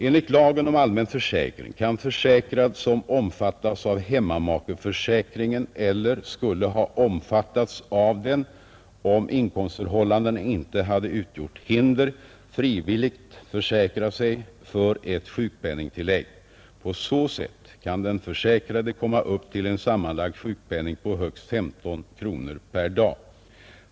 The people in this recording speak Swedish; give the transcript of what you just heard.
Enligt lagen om allmän försäkring kan försäkrad, som omfattas av hemmamakeförsäkringen eller skulle ha omfattats av den om inkomstför 165 hållandena inte hade utgjort hinder, frivilligt försäkra sig för ett sjukpenningtillägg. På så sätt kan den försäkrade komma upp till en sammanlagd sjukpenning på högst 15 kronor per dag.